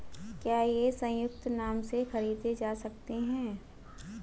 क्या ये संयुक्त नाम से खरीदे जा सकते हैं?